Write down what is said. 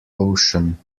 ocean